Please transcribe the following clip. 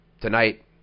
Tonight